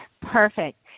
Perfect